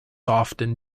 often